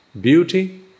beauty